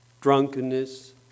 drunkenness